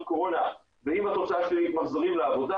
קורונה ואם התוצאה היא שלילית מחזירים לעבודה,